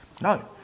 No